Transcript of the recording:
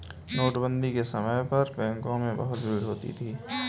नोटबंदी के समय पर बैंकों में बहुत भीड़ होती थी